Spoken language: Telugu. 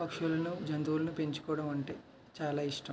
పక్షులను జంతువులు పెంచుకోవడం అంటే చాలా ఇష్టం